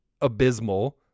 abysmal